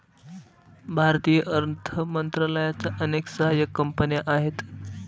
भारतीय अर्थ मंत्रालयाच्या अनेक सहाय्यक कंपन्या आहेत